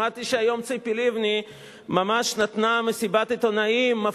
שמעתי שהיום ציפי לבני נתנה מסיבת עיתונאים ממש